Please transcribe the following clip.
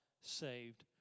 saved